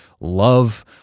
love